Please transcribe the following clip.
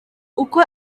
uko